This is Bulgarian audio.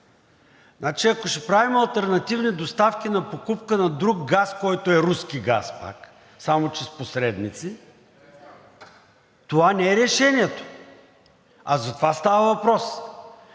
хората. Ако ще правим алтернативни доставки на покупка на друг газ, който е руски газ пак, само че с посредници, това не е решението, а за това става въпрос.